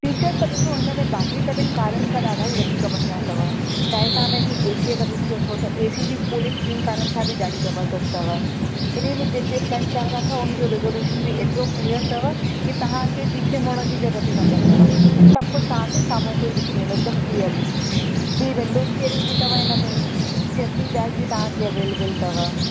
features त ॾिसो हिनमें बाक़ी सभिनि कारनि सां ॾाढा ई वधीक बढ़िया अथव चाहे तव्हां हिनजी ए सीअ खे ॾिसी वठो त ए सी जी कूलींग ॿिनि कारनि सां बि ॾाढी जबरदस्तु अथव जॾहिं बि जिते बि सेन्ट केमेरा अथव उनजो रिज़ोल्यूशन बि एतिरो क्लीयर तव के तव्हांखे पीछे मुड़ण जी जरूरत ई न पेंदव सभु कुझु तव्हांखे साम्हूं खां ई दिखी वेंदो हिकदमि क्लीयरली ॿी विंडो स्टीयरिंग बि अथव इनमें के सेफ़्टी बैग बि तव्हांखे अवेलेबल अथव